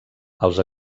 els